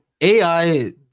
AI